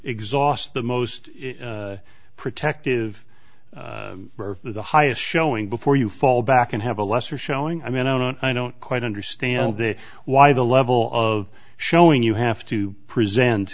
exhaust the most protective the highest showing before you fall back and have a lesser showing i mean i don't i don't quite understand why the level of showing you have to present